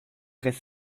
reste